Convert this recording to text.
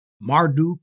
Marduk